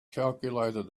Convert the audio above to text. calculated